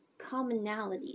commonalities